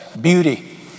Beauty